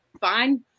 fine